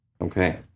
Okay